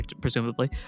presumably